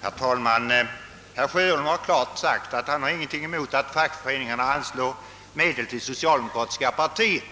Herr talman! Herr Sjöholm har klart uttalat att han ingenting har emot att fackföreningarna anslår medel till socialdemokratiska partiet.